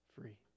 free